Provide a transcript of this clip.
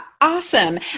awesome